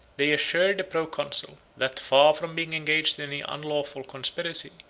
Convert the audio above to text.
they assured the proconsul, that, far from being engaged in any unlawful conspiracy,